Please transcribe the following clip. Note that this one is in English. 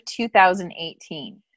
2018